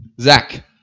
Zach